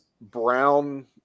brown